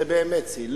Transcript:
זה באמת שיא.